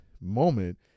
moment